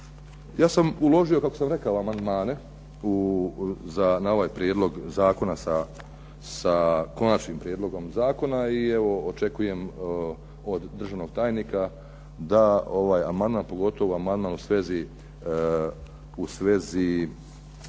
Ja sam uložio, kako sam rekao amandmane, na ovaj prijedlog zakona sa konačnim prijedlogom zakona i evo očekujem od državnog tajnika da ovaj amandman, pogotovo amandman u svezi